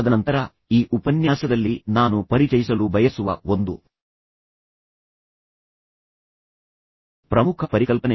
ತದನಂತರ ಈ ಉಪನ್ಯಾಸದಲ್ಲಿ ನಾನು ಪರಿಚಯಿಸಲು ಬಯಸುವ ಒಂದು ಪ್ರಮುಖ ಪರಿಕಲ್ಪನೆಯಾಗಿದೆ ಅದನ್ನು ನಾನು ಮುಂದುವರಿಸುತ್ತೇನೆ